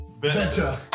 better